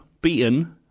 beaten